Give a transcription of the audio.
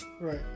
right